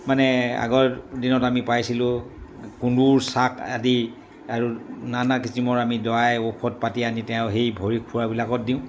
মানে আগৰ দিনত আমি পাইছিলোঁ কন্দুৰ চাক আদি আৰু নানা কিচিমৰ আমি দৱাই ঔষধ পাতি আনি তেওঁ সেই ভৰি খুৰাবিলাকত দিওঁ